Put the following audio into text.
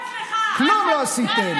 זה תקוע אצלך, כלום לא עשיתם.